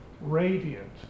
radiant